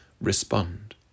respond